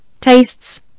tastes